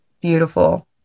Beautiful